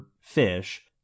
fish